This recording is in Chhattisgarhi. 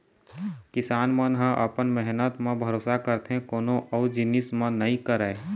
किसान मन ह अपन मेहनत म भरोसा करथे कोनो अउ जिनिस म नइ करय